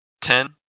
Ten